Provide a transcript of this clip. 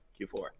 Q4